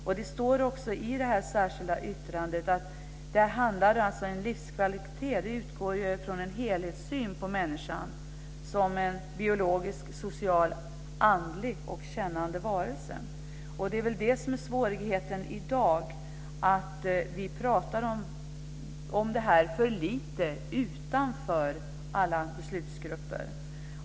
Och det står också i det särskilda yttrandet att livskvalitet utgår från en helhetssyn på människan som en biologisk, social, andlig och kännande varelse. I dag är svårigheten att vi talar för lite om detta utanför alla beslutsgrupper.